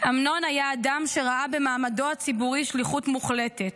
אמנון היה אדם שראה במעמדו הציבורי שליחות מוחלטת.